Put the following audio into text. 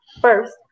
first